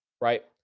right